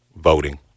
voting